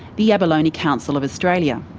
the abalone council of australia.